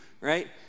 right